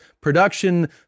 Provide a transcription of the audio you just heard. production